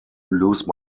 lose